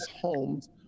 homes